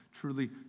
truly